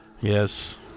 Yes